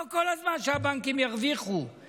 לא שהבנקים ירוויחו כל הזמן.